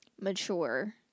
mature